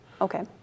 Okay